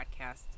podcast